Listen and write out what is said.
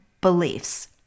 beliefs